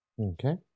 okay